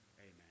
amen